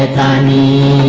ah tiny